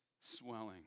swelling